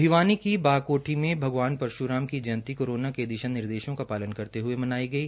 भिवानी की बागकोठी में भगवान परश्राम की जयंती कोरोना के दिशा निर्देशों का पालना करते हए मनाई गई